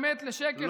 אמת לשקר,